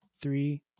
three